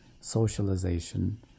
socialization